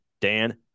dan